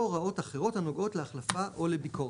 הוראות אחרות הנוגעות להחלפה או לביקורת.